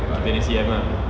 kitanya C_M ah